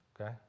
okay